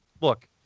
Look